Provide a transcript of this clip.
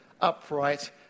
upright